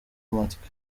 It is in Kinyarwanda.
amatwi